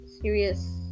serious